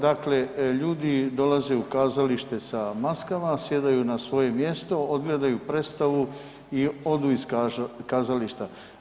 Dakle ljudi dolaze u kazalište sa maskama, sjedaju na svoje mjesto, odgledaju predstavu i odu iz kazališta.